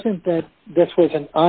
wasn't that this was an